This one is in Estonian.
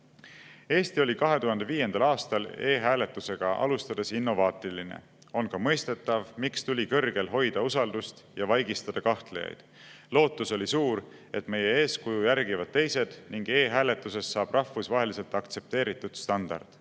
"Eesti oli 2005. aastal e-hääletusega alustades innovaatiline. On ka mõistetav, miks tuli kõrgel hoida usaldust ja vaigistada kahtlejaid. Lootus oli suur, et meie eeskuju järgivad teised ning e-hääletusest saab rahvusvaheliselt aktsepteeritud standard.